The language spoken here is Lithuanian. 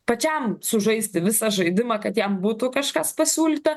pačiam sužaisti visą žaidimą kad jam būtų kažkas pasiūlyta